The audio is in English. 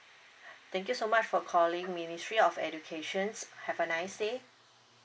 thank you so much for calling ministry of educations have a nice day